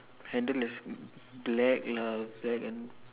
handle is black lah black and